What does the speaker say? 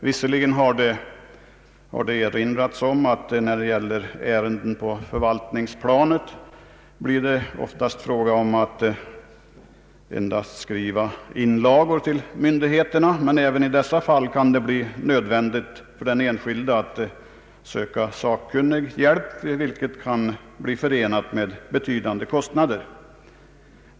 Visserligen har det erinrats om att när det gäller ärenden på förvaltningsplanet blir det oftast endast fråga om att skriva inlagor till myndigheterna. Men även i dessa fall kan det bli nödvändigt för den enskilde att söka sakkunnig hjälp, vilket ofta är förenat med betydande kostnader.